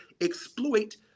exploit